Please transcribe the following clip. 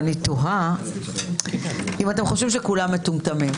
ואני תוהה אם אתם חושבים שכולם מטומטמים.